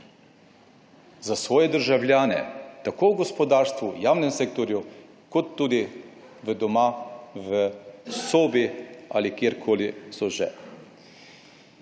za svoje državljane tako v gospodarstvu, v javnem sektorju kot tudi doma v sobi ali kjerkoli so že.